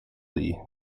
lee